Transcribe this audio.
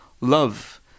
love